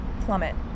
plummet